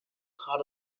had